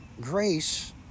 Grace